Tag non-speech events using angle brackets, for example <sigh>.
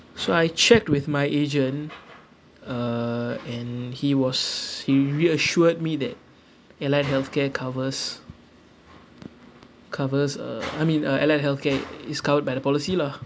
<breath> so I checked with my agent uh and he was he reassured me that allied health care covers covers uh I mean uh allied health care is covered by the policy lah